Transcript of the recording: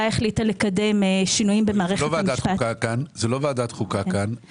החליטה לקדם שינויים- -- זו לא ועדת חוקה כאן.